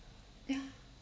ya